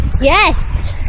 Yes